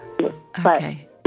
okay